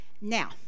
Now